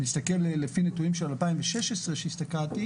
נסתכל לפי נתונים של 2016 שהסתכלתי,